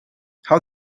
how